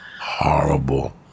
horrible